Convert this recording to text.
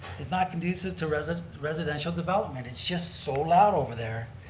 is not conducive to residential residential development. it's just sold out over there.